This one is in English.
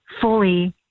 fully